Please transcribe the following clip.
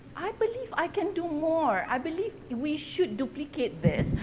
i believe i can do more, i believe we should duplicate this.